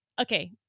Okay